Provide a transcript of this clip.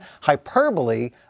hyperbole